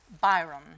Byron